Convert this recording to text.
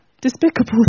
despicable